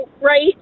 right